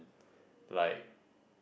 like